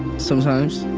sometimes.